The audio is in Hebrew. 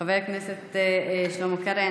חבר הכנסת שלמה קרעי,